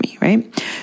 right